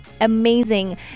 amazing